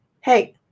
hey